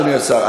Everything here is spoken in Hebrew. אדוני השר,